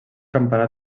campanar